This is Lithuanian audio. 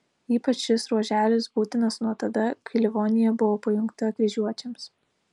ypač šis ruoželis būtinas nuo tada kai livonija buvo pajungta kryžiuočiams